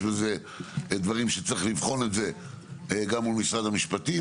יש בזה דברים שצריך לבחון את זה גם מול משרד המשפטים,